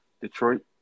Detroit